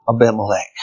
Abimelech